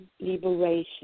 liberation